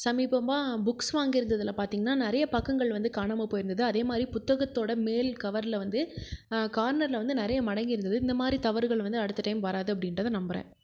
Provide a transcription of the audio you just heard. சமீபமாக புக்ஸ் வாங்கிருந்ததில் பாத்திங்கன்னா நிறையா பக்கங்கள் காணாமல் போயிருந்துது அதே மாதிரி புத்தகத்தோடு மேல் கவரில் வந்து கார்னரில் வந்து நிறையா மடங்கி இருந்துது இந்த மாதிரி தவறுகள் வந்து அடுத்த டைம் வராது அப்படின்றத நம்பறன்